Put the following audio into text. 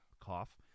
cough